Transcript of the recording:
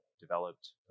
developed